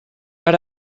per